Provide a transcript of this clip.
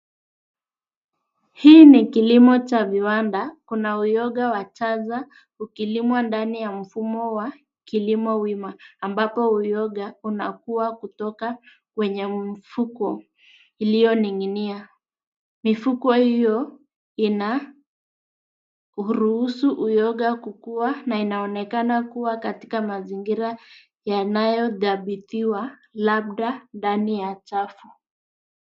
Hii kilimo cha viwanda kuna uyoga wa jaza ukilimwa ndani wa mfumo wa kilimo wima, ambapo uyoga unakuwa kutoka kwenye mfuko ilioningi'nia. Mfuko hio inaruhusu uyoga kukuwa na inaonekana kuwa katika mazingira yanaotabitiwa labda ndani ya chafu.